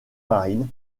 marine